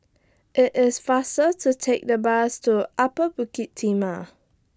IT IS faster to Take The Bus to Upper Bukit Timah